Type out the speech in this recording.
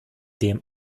dem